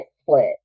split